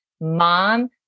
mom